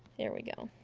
there we go.